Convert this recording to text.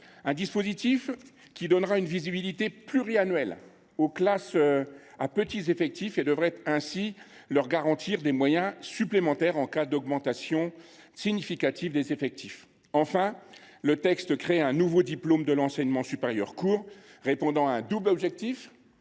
Ce dispositif donnera une visibilité pluriannuelle aux classes à faible effectif et devrait leur garantir des moyens supplémentaires en cas d’augmentation significative du nombre d’élèves. Enfin, le texte crée un nouveau diplôme de l’enseignement supérieur court, afin de répondre à un double objectif